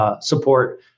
support